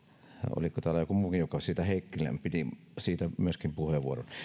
oliko täällä joku muukin heikkinen joka piti siitä myöskin puheenvuoron